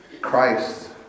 Christ